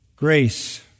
Grace